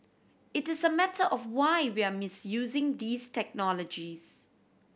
it's a matter of why we are misusing these technologies